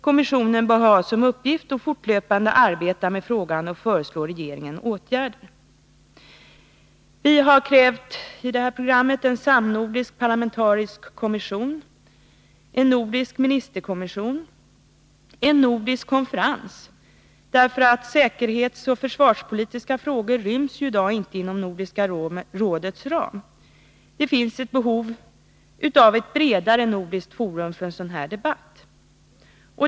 Kommissionen bör ha såsom uppgift att fortlöpande arbeta med frågan och föreslå regeringen åtgärder. Vi har vidare krävt en samnordisk parlamentarisk kommission, en nordisk ministerkommission samt en nordisk konferens, därför att säkerhetsoch försvarspolitiska frågor i dag inte ryms inom Nordiska rådets ram. Det finns ett behov av ett bredare nordiskt forum för en sådan här debatt.